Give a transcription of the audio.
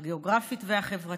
הגיאוגרפית והחברתית,